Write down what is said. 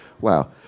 wow